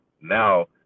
Now